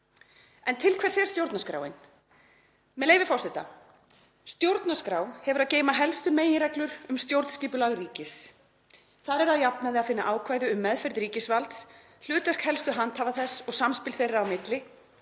En til hvers er stjórnarskráin? Með leyfi forseta: „Stjórnarskrá hefur að geyma helstu meginreglur um stjórnskipulag ríkis. Þar er að jafnaði að finna ákvæði um meðferð ríkisvalds, hlutverk helstu handhafa þess og samspil þeirra á milli,